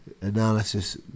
analysis